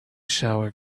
shower